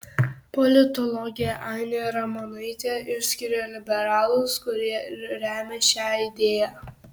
politologė ainė ramonaitė išskiria liberalus kurie ir remia šią idėją